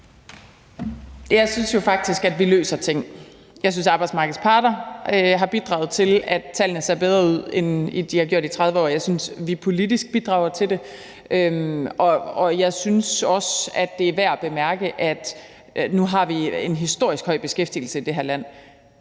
Jeg synes faktisk, at vi løser ting. Jeg synes, at arbejdsmarkedets parter har bidraget til, at tallene ser bedre ud, end de har gjort i 30 år. Jeg synes, at vi politisk bidrager til det. Jeg synes også, det er værd at bemærke nu, hvor vi har en historisk høj beskæftigelse i det her land,